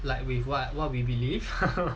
like with what what we believe